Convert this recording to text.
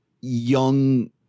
young